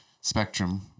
spectrum